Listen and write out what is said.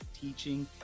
teaching